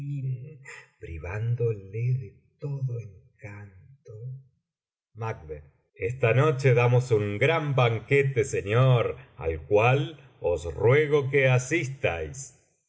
privándole de todo encanto macb esta noche damos un gran banquete señor al cual os ruego que asistáis